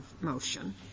motion